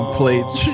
plates